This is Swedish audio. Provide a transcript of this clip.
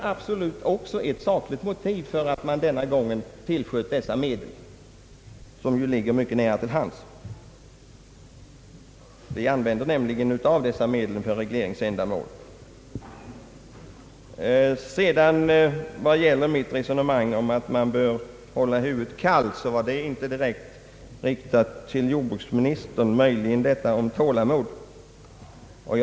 Detta är också ett sakligt motiv för att man denna gång tillskjuter dessa medel. Beträffande mitt resonemang om att man bör hålla huvudet kallt vill jag säga, att detta inte direkt var riktat till jordbruksministern — däremot passade möjligen vad jag sade om tålamod in på honom.